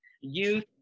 youth